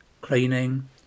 cleaning